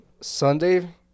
Sunday